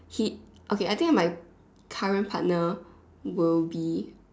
he okay I think of my current partner will be